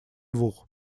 двух